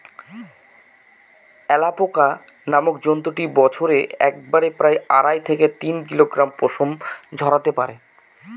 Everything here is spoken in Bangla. অ্যালাপোকা নামক জন্তুটি বছরে একবারে প্রায় আড়াই থেকে তিন কিলোগ্রাম পশম ঝোরাতে পারে